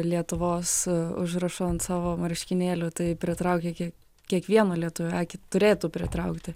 lietuvos užrašu ant savo marškinėlių tai pritraukia iki kiekvieno lietuvio akį turėtų pritraukti